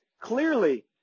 clearly